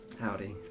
Howdy